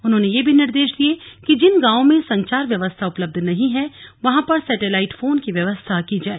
उन्होंने यह भी निर्देश दिये कि जिन गांवों में संचार व्यवस्था उपलब्ध नहीं है वहां पर सैटेलाइट फोन की व्यवस्था की जाय